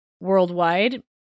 Worldwide